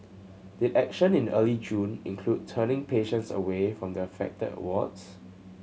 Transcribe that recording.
did action in early June include turning patients away from the affected wards